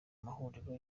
mahuriro